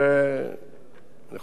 אני יכול להגיד את זה על כל חבר כנסת,